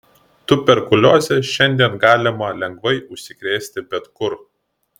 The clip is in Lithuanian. tuberkulioze šiandien galima lengvai užsikrėsti bet kur